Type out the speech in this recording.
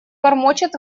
бормочет